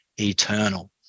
eternal